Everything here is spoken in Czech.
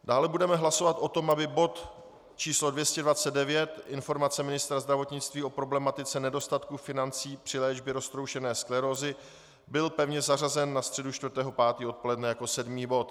Dále budeme hlasovat o tom, aby bod číslo 229, Informace ministra zdravotnictví o problematice nedostatku financí při léčbě roztroušené sklerózy, byl pevně zařazen na středu 4. 5. odpoledne jako sedmý bod.